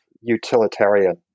utilitarian